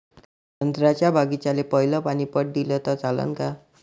संत्र्याच्या बागीचाले पयलं पानी पट दिलं त चालन का?